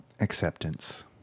Acceptance